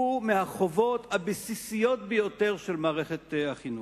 אלה מהחובות הבסיסיות ביותר של מערכת החינוך.